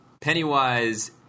Pennywise